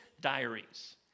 Diaries